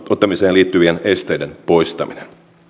liittyvien esteiden poistaminen